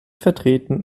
vertreten